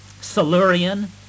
Silurian